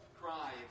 cry